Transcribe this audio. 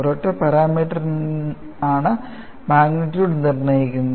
ഒരൊറ്റ പാരാമീറ്ററാണ് മാഗ്നിറ്റ്യൂഡ് നിർണ്ണയിക്കുന്നത്